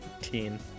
teen